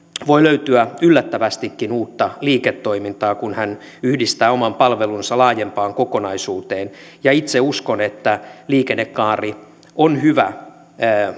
voi löytyä yllättävästikin uutta liiketoimintaa kun hän yhdistää oman palvelunsa laajempaan kokonaisuuteen ja itse uskon että liikennekaari on hyvä